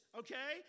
okay